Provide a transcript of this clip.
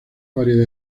variedad